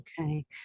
Okay